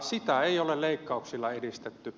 sitä ei ole leikkauksilla edistetty